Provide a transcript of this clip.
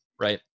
right